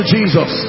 Jesus